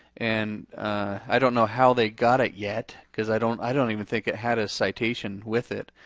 and i don't know how they got it yet, cause i don't i don't even think it had a citation with it.